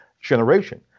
generation